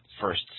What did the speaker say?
first